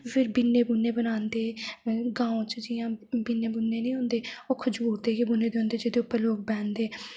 फिर बिन्ने बुन्ने बनांदे गाओं च जियां बिन्ने निं होंदे ओह् खजूर दे गै बुने दे होंदे जेह्दे उप्पर लोग बेह्न्दे